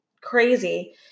crazy